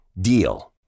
DEAL